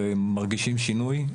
ומרגישים שינוי.